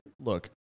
look